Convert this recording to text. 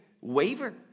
waver